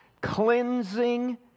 cleansing